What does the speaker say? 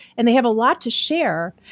and they have a lot to share.